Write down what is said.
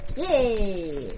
Yay